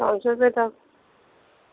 ਪੰਜ ਸੌ ਰੁਪਏ ਤੱਕ